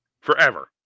forever